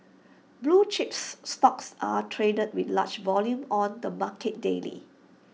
blue chips stocks are traded with large volume on the market daily